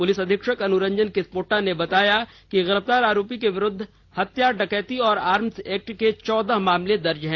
police अधीक्षक अनुरंजन किसपोट्टा ने बताया कि गिरफ्तार आरोपी के विरूद्व हत्या डकैती और आर्म्स एक्ट के चौदह मामले दर्ज है